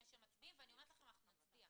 שמצביעים ואני אומרת לך שאנחנו נצביע